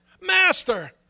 Master